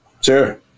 Sure